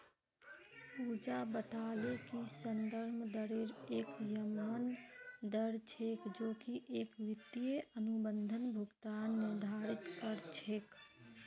पूजा बताले कि संदर्भ दरेर एक यममन दर छेक जो की एक वित्तीय अनुबंधत भुगतान निर्धारित कर छेक